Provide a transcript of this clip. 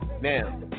Now